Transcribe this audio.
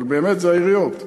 אבל באמת אלו העיריות.